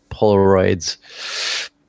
Polaroids